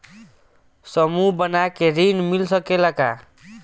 समूह बना के ऋण मिल सकेला का?